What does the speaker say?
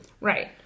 Right